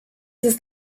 ist